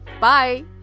bye